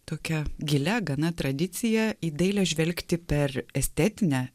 tokia gilia gana tradicija į dailę žvelgti per estetinę